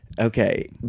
Okay